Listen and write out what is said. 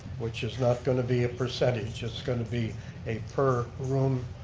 which is not going to be a percentage. it's going to be a per room